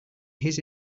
his